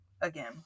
again